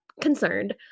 concerned